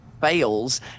fails